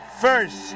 first